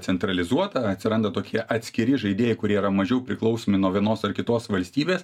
centralizuota atsiranda tokie atskiri žaidėjai kurie yra mažiau priklausomi nuo vienos ar kitos valstybės